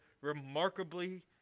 remarkably